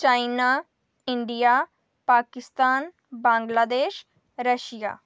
China इडिंया Pakistan Bangladesh Russia